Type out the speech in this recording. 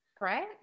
right